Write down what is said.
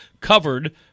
covered